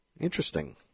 Interesting